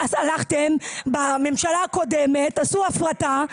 בממשלה הקודמת עשו הפרטה.